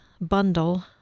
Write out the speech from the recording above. bundle